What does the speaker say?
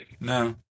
No